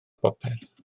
bopeth